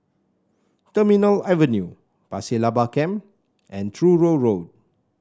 Terminal Avenue Pasir Laba Camp and Truro Road